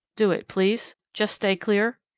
do it please? just stay clear?